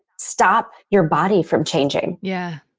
stop your body from changing yeah.